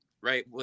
right